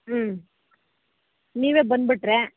ಹ್ಞೂ ನೀವೇ ಬಂದುಬಿಟ್ರೆ